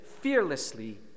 fearlessly